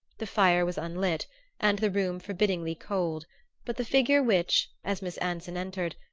the fire was unlit and the room forbiddingly cold but the figure which, as miss anson entered,